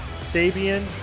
Sabian